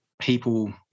people